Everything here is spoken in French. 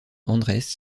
andrés